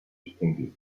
distinctive